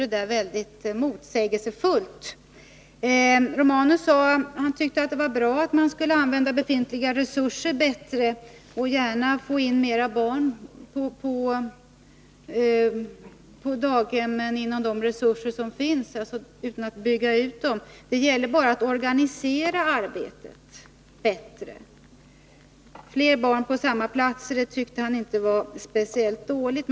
Det blir väldigt motsägelsefullt. Gabriel Romanus tyckte att det var bra att man skulle använda befintliga resurser bättre och gärna få in mera barn på daghemmen inom ramen för de resurser som finns — alltså utan att bygga ut daghemmen. Det gäller bara att organisera arbetet bättre! Fler barn på samma antal platser tyckte Gabriel Romanus inte var speciellt dåligt.